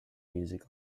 music